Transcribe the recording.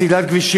סלילת הכבישים,